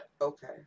okay